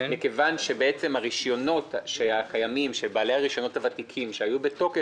מכיוון שהרישיונות של בעלי הרישיונות הוותיקים היו בתוק,